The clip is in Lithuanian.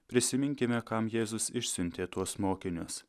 prisiminkime kam jėzus išsiuntė tuos mokinius